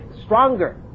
stronger